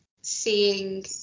seeing